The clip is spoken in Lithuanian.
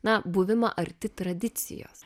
na buvimą arti tradicijos